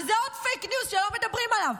וזה עוד פייק ניוז שלא מדברים עליו.